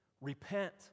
Repent